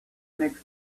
next